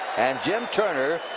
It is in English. and jim turner,